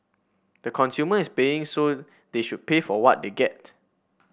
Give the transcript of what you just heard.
the consumer is paying so they should pay for what they get